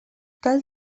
cal